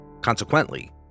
Consequently